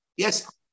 Yes